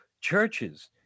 churches